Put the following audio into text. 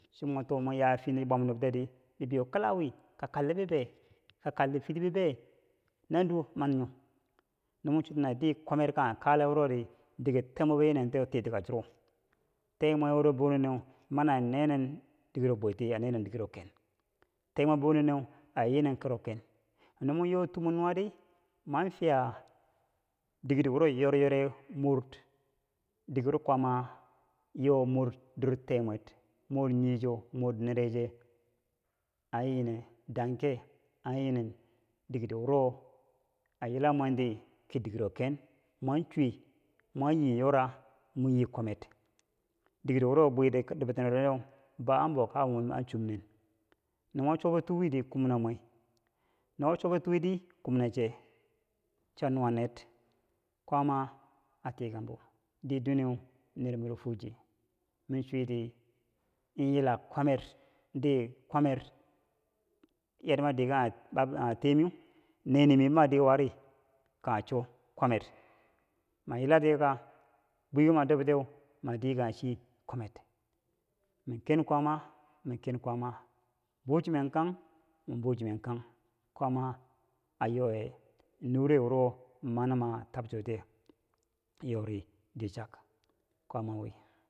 cho mo too mo ya fiye chi bwam nob tiye ri ka fiti bibeye nanduwo man nyo no mor chiweti na din kwamer kanghe kale wuro di diker teb mwebbo yiinen tiye titi ka chiro tebmweb wuro boo nenen mani nenen dikero bwirti a nenen dirkero ken teemwe bo neneu a yinen kero ken mor yotu mor nuwari mor fiya dikedo wo yoriyore mori dirke wuro kwaama yor mor dir tebmweb mor nii cho mor nera che an yi nen dangke an yinen dikedeko wiro a yilam mwenti ki dirkero ken mor chuwe mor yii yora mor yii kwamed dir kero wuro bwiti bitine benineu an boo kabim mwen an chum nee no mor chwabo tuuweri kum na mwen no wo chwabo tuuweri kurm na che cha nuwa neri kwaama a tikanghebo dirduwene neri miro fuwoje mi chuti yila kwamer dir kwamer yarda ma dir kanghe temiye nenen min ma dir kwamere kanghe cho ma yila tiye ka bwikoko ma dorm tiye ma dirkanghe chi kwamere mani ken kwaama man ken kwaama man buchene kanghe man buchene kanghe kwaama a yorye nure wuro manima tamchotiye yori wucha kwaama win